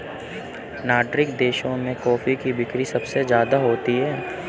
Nordic देशों में coffee की बिक्री सबसे ज्यादा होती है